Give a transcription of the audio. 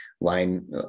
line